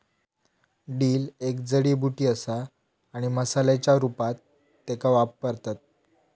dill एक जडीबुटी असा आणि मसाल्याच्या रूपात त्येका वापरतत